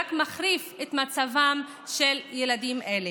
שרק מחריפה את מצבם של ילדים אלה.